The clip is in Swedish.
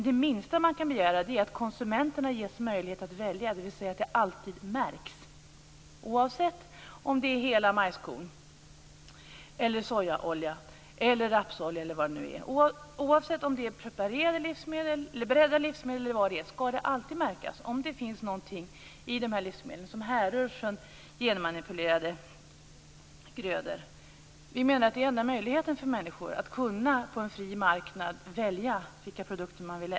Det minsta man kan begära är att konsumenterna ges möjlighet att välja, dvs. att märkning alltid sker - oavsett om det är fråga om hela majskorn eller om det är fråga om sojaolja, rapsolja osv. Oavsett om det är preparerade livsmedel, beredda livsmedel, eller vad det nu är fråga om skall märkning ske om det finns något i livsmedlen som härrör från genmanipulerade grödor. Vi menar att det är enda möjligheten för människor att på en fri marknad själva välja produkter.